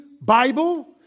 Bible